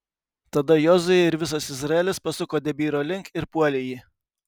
tada jozuė ir visas izraelis pasuko debyro link ir puolė jį